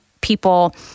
people